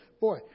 Boy